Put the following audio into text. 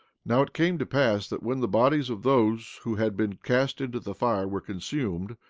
now it came to pass that when the bodies of those who had been cast into the fire were consumed,